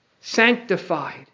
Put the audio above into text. sanctified